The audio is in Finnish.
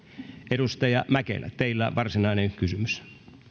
edustaja mäkelä teillä varsinainen kysymys